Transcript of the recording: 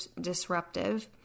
disruptive